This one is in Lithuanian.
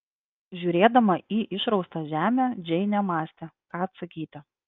žiūrėdama į išraustą žemę džeinė mąstė ką atsakyti